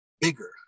bigger